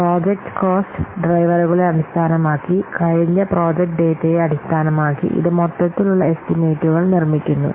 project cost ഡ്രൈവറുകളെ അടിസ്ഥാനമാക്കി കഴിഞ്ഞ പ്രോജക്റ്റ് ഡാറ്റയെ അടിസ്ഥാനമാക്കി ഇത് മൊത്തത്തിലുള്ള എസ്റ്റിമേറ്റുകൾ നിർമ്മിക്കുന്നു